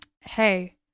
hey